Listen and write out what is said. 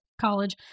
college